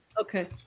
Okay